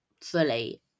fully